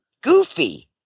goofy